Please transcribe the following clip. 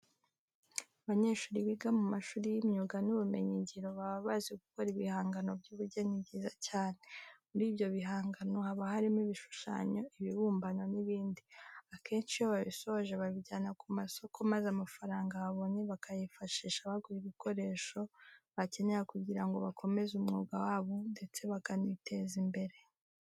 Abanyeshuri biga mu mashuri y'imyuga n'ubumenyingiro baba bazi gukora ibihangano by'ubugeni byiza cyane, muri ibyo bihangano haba harimo ibishushanyo, ibibumbano n'ibindi. Akenshi iyo babisoje babijyana ku masoko maze amafaranga babonye bakayifashisha bagura ibikoresho bakenera kugira ngo bakomeze umwuga wabo ndetse bakaniteza imbere.